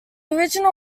original